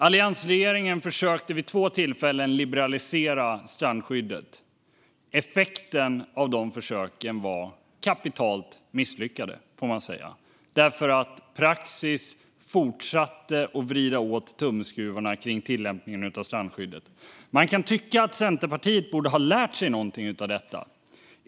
Alliansregeringen försökte vid två tillfällen att liberalisera strandskyddet. Effekten av de försöken var ett kapitalt misslyckande, får man säga. Praxis fortsatte att vrida åt tumskruvarna för tillämpningen av strandskyddet. Man kan tycka att Centerpartiet borde ha lärt sig någonting av detta.